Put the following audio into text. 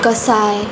कसाय